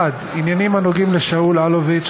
1. עניינים הנוגעים לשאול אלוביץ,